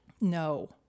No